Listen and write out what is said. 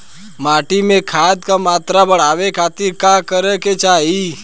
माटी में खाद क मात्रा बढ़ावे खातिर का करे के चाहीं?